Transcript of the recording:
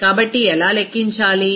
కాబట్టి ఎలా లెక్కించాలి